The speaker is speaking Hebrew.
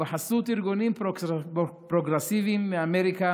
ובחסות ארגונים פרוגרסיביים מאמריקה